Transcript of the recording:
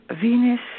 Venus